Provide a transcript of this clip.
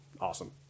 awesome